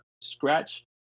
scratch